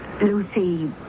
Lucy